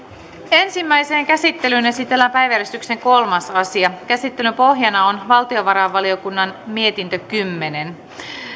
ensimmäiseen käsittelyyn esitellään päiväjärjestyksen kolmas asia käsittelyn pohjana on valtiovarainvaliokunnan mietintö kymmenen